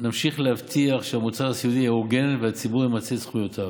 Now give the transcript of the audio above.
נמשיך להבטיח שהמוצר הסיעודי יהיה הוגן והציבור ימצה את זכויותיו.